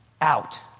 out